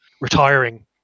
retiring